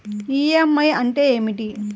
EMI అంటే ఏమిటి?